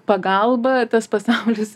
pagalba tas pasaulis